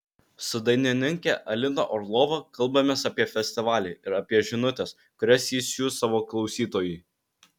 su dainininke alina orlova kalbamės apie festivalį ir apie žinutes kurias ji siųs savo klausytojui